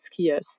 skiers